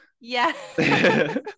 Yes